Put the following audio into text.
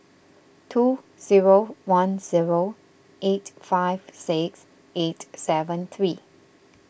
two zero one zero eight five six eight seven three